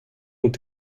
ont